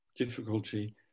difficulty